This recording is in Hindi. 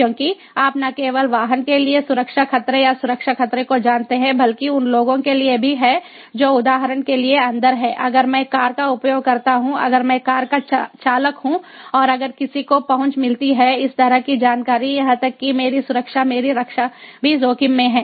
क्योंकि आप न केवल वाहन के लिए सुरक्षा खतरे या सुरक्षा खतरे को जानते हैं बल्कि उन लोगों के लिए भी हैं जो उदाहरण के लिए अंदर हैं अगर मैं कार का उपयोगकर्ता हूं अगर मैं कार का चालक हूं और अगर किसी को पहुंच मिलती है इस तरह की जानकारी यहां तक कि मेरी सुरक्षा मेरी रक्षा भी जोखिम में है